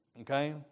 Okay